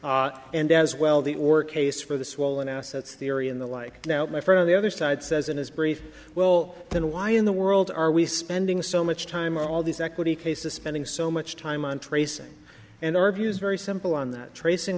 you and as well the or case for the swollen assets theory and the like now my friend on the other side says in his brief well then why in the world are we spending so much time on all these equity cases spending so much time on tracing and our view is very simple on that tracing